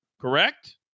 correct